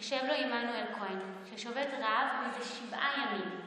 יושב לו עמנואל כהן ושובת רעב זה שבעה ימים.